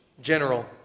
general